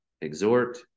exhort